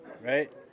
right